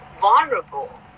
vulnerable